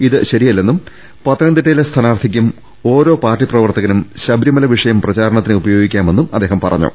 ഇത് ശരിയ ല്ലെന്നും പത്തനംതിട്ടയിലെ സ്ഥാനാർത്ഥിക്കും ഓരോ പാർട്ടി പ്രവർത്തകനും ശബരിമല വിഷയം പ്രചാരണത്തിന് ഉപയോഗിക്കാ മെന്നും അദ്ദേഹം പറഞ്ഞു